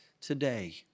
today